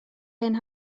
hen